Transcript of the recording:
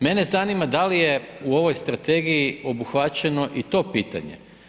Mene zanima da li je u ovoj strategiji obuhvaćeno i to pitanje.